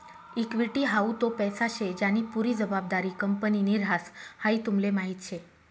equity हाऊ तो पैसा शे ज्यानी पुरी जबाबदारी कंपनीनि ह्रास, हाई तुमले माहीत शे